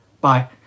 Bye